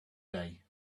day